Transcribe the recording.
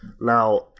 Now